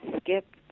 Skip